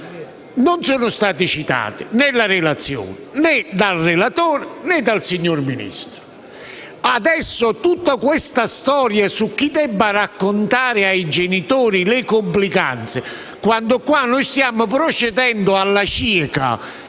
non sono stati citati né dalla relazione, né dal relatore, né dalla signora Ministro. Adesso c'è tutta la storia su chi debba raccontare ai genitori le complicanze, quando qua noi stiamo procedendo alla cieca,